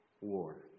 war